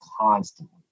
constantly